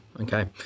Okay